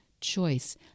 choice